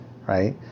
right